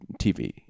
TV